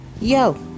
Yo